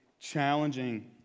challenging